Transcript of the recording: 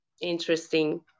interesting